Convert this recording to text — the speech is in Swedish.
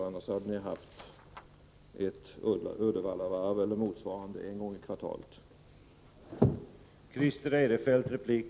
Annars hade ni en gång i kvartalet fått uppleva en kris motsvarande den vid t.ex. Uddevallavarvet.